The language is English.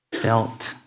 felt